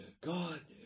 God